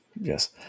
yes